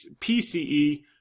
PCE